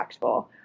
impactful